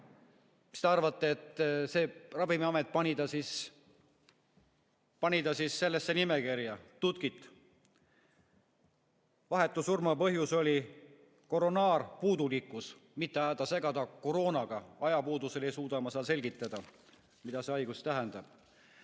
Mis te arvate, kas Ravimiamet pani ta sellesse nimekirja? Tutkit! Vahetu surma põhjus oli koronaarpuudulikkus – mitte ajada segi koroonaga. Ajapuudusel ei suuda ma selgitada, mida see haigus tähendab.